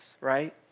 right